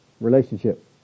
relationship